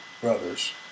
brothers